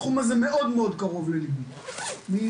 התחום הזה מאוד מאוד קרוב לליבי ובעיקר